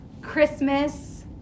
Christmas